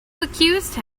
accused